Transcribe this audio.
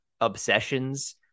obsessions